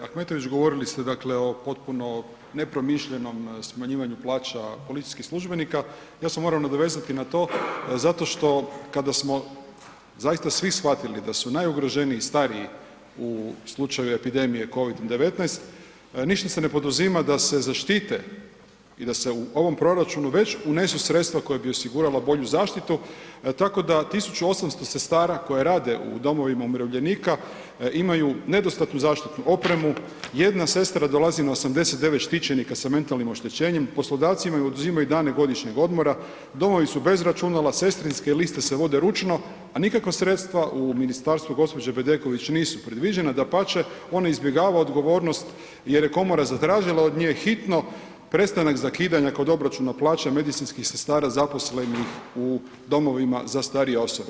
Kolegice Ahmetović, govorili ste dakle o potpuno nepromišljenom smanjivanju plaća policijskih službenika, ja se moram nadovezati na to zato što kada smo zaista svi shvatili da su najugroženiji stariji u slučaju epidemije COVID 19, ništa se ne poduzima da se zaštite i da se u ovom proračunu već unesu sredstva koja bi osigurala bolju zaštitu tako da 1800 sestara koje rade u domovima umirovljenika, imaju nedostatnu zaštitnu opremu, jedna sestra dolazi na 89 štićenika sa mentalnim oštećenjem, poslodavci im oduzimaju dane godišnjeg odmora, domovi su bez računala, sestrinske liste se vode ručno a nikakva sredstva u ministarstvu gđe. Bedeković nisu predviđena, dapače, ona izbjegava odgovornost jer je komora zatražila od nje hitno prestanak zakidanja kod obračuna plaće medicinskih sestara, zaposlenih u domovima za starije osobe.